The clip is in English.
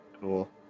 cool